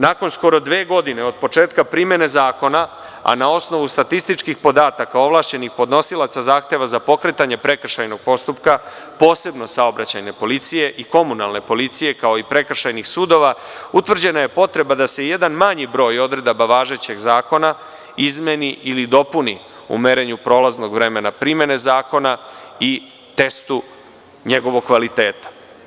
Nakon skoro dve godine od početka primene zakona, a na osnovu statističkih podataka, ovlašćenih podnosilaca zahteva za pokretanje prekršajnog postupka, posebno Saobraćajne policije i Komunalne policije, kao i prekršajnih sudova, utvrđena je potreba da se jedan manji broj odredaba važećeg zakona izmeni ili dopuni u merenju prolaznog vremena primene zakona i testu njegovog kvaliteta.